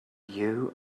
you